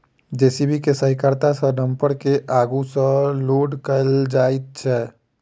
JCB के सहायता सॅ डम्फर के आगू सॅ लोड कयल जाइत छै